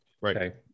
right